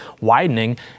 widening